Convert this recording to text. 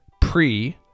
pre